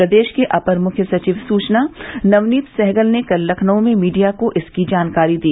प्रदेश के अपर मुख्य सचिव सूचना नवनीत सहगल ने कल लखनऊ में मीडिया को इसकी जानकारी दी